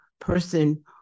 person